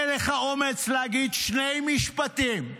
אין לך אומץ להגיד שני משפטים,